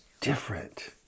different